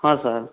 ହଁ ସାର୍